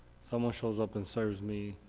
someone shows up and serves me,